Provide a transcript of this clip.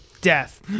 death